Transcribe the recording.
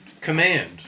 command